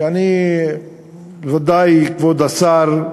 שאני ודאי, כבוד השר,